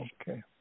Okay